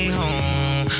home